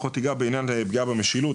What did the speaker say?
פחות אגע בעניין פגיעה במשילות,